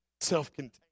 self-contained